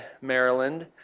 Maryland